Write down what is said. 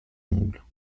ongles